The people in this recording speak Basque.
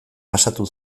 pasatu